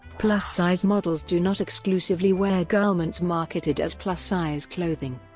plus-size models do not exclusively wear garments marketed as plus-size clothing.